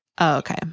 Okay